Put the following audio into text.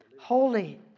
holy